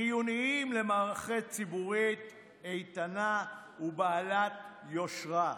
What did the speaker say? חיוניים למערכת ציבורית איתנה ובעלת יושרה.